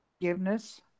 forgiveness